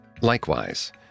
Likewise